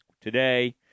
today